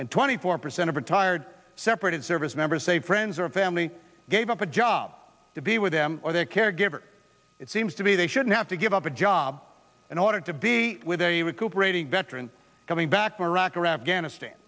and twenty four percent of retired separated service members say friends or family gave up a job to be with them or their caregiver it seems to be they shouldn't have to give up a job in order to be with a recuperating veteran coming back from iraq or afghanistan